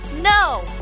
No